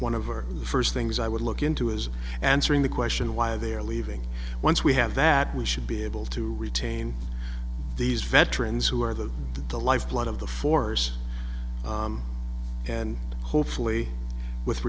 one of or the first things i would look into as answering the question why they are leaving once we have that we should be able to retain these veterans who are the the lifeblood of the force and hopefully with